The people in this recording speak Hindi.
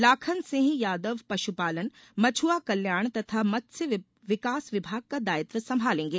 लाखन सिंह यादव पशुपालन मछुआ कल्याण तथा मत्स्य विकास विभाग का दायित्व सम्भालेंगे